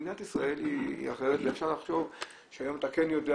מדינת ישראל היא אחרת ואפשר לחשוב שהיום אתה כן יודע,